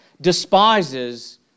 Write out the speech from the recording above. despises